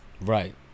Right